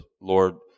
Lord